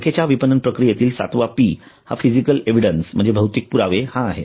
बँकेच्या विपणन प्रक्रियेतील ७ वा P हा फिजिकल एव्हिडन्स म्हणजे भौतिक पुरावा हा आहे